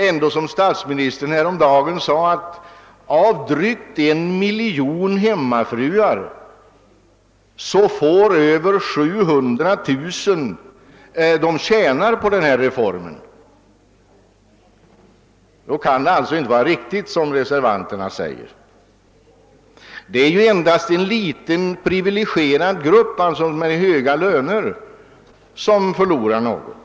Såsom statsministern häromdagen sade tjänar över 700 000 av de drygt en miljon hemmafruarna på denna reform. Reservanternas påstående kan alltså inte vara riktigt. Det är en dast en liten privilegierad grupp med höga löner som förlorar något.